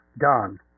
done